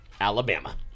Alabama